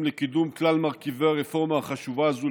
לקידום כלל מרכיבי הרפורמה החשובה הזו,